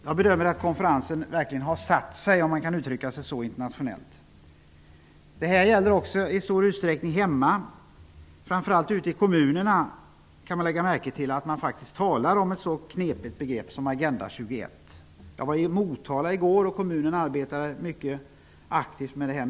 Jag bedömer att konferensen verkligen har satt sig -- om man kan uttrycka sig så -- internationellt. Det har den också i stor utsträckning gjort här hemma. Framför allt i kommunerna kan man lägga märke till att det faktiskt talas om ett så knepigt begrepp som Jag var i Motala i går. Den kommunen arbetar mycket aktivt med detta.